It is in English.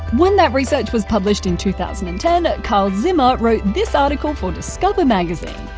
when that research was published in two thousand and ten, carl zimmer wrote this article for discover magazine,